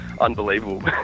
unbelievable